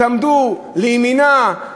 תעמדו לימינה,